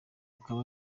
akaba